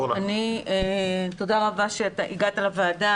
תודה רבה שהגעת לוועדה.